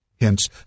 Hence